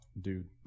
Dude